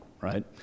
right